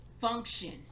function